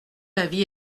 l’avis